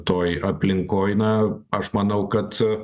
toj aplinkoj na aš manau kad